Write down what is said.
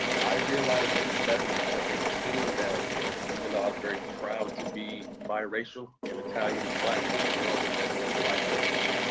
i realized at seventeen or eighteen that even though i was very proud to be biracial and italian and black, that the world looked at me as a black man.